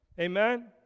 Amen